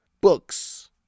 books